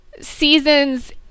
seasons